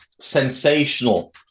sensational